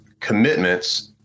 commitments